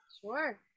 sure